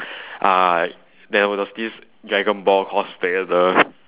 uh there was a few dragon ball cosplayer girl